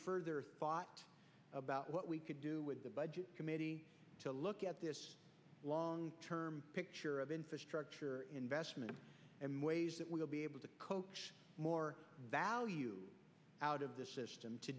further thought about what we could do with the budget committee to look at this long term picture of infrastructure investment and ways that we'll be able to coach more value out of this system to